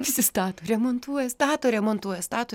visi stato remontuoja stato remontuoja stato